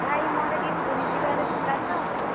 ଭାଇ ମୋର ଟିକିଏ ପୁରୀ ଯିବାର ଥିଲା ତ